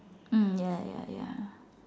mm ya ya ya